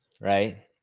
right